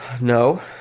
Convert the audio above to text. No